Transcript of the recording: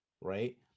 right